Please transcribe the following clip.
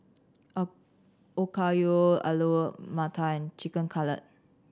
Okayu Alu Matar and Chicken Cutlet